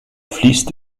fließt